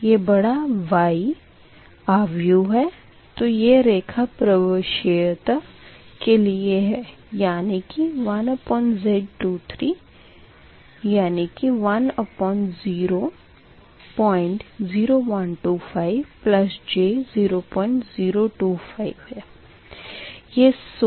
ये बड़ा Y आव्यूह है तो यह रेखा प्रवेश्यता के लिए है यानी कि 1Z23that is100125j0025